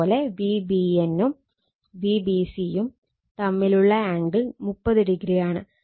അതേ പോലെ Vbn നും Vbc യും തമ്മിലുള്ള ആംഗിൾ 30o ആണ്